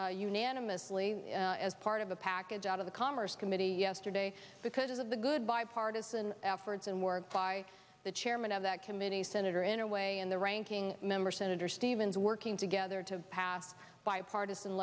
nanimously as part of a package out of the commerce committee yesterday because of the good bipartisan efforts and more by the chairman of that committee senator in a way in the ranking member senator stevens working together to pass bipartisan